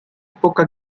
poca